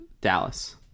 Dallas